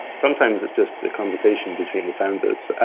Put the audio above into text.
sometimes it's just a conversation between founders.